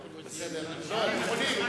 אבל הם לא יכולים למשוך.